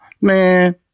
man